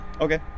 Okay